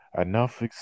Enough